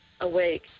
awake